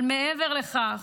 אבל מעבר לכך,